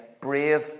Brave